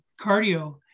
cardio